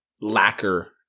lacquer